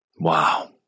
Wow